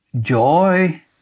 joy